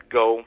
go